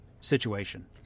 situation